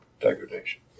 degradation